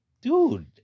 dude